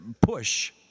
push